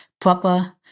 proper